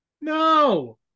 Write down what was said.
No